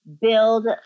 build